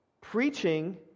Preaching